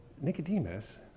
Nicodemus